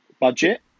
budget